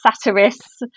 satirists